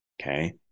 Okay